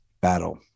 battle